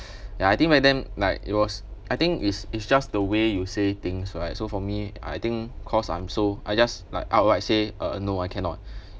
ya I think back then like it was I think is is just the way you say things right so for me I think cause I'm so I just like outright say uh no I cannot